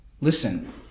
listen